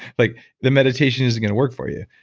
like the meditation isn't going to work for you.